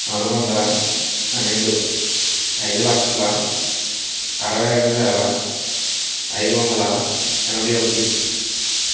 నాలుగు వందల పన్నెండు ఐదు లక్షల అరవై రెండు వేల ఐదు వందల ఎనభై ఒకటి